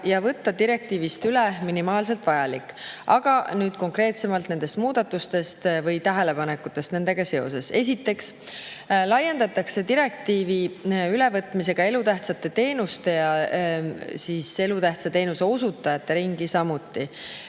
ja võtta direktiivist üle minimaalselt vajalik. Aga nüüd konkreetsemalt nendest muudatustest või tähelepanekutest nendega seoses. Esiteks laiendatakse direktiivi ülevõtmisega elutähtsate teenuste, samuti elutähtsa teenuse osutajate ringi.